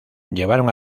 llevaron